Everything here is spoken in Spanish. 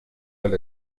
del